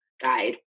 guide